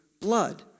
blood